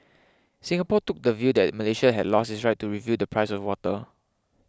Singapore took the view that Malaysia had lost its right to review the price of water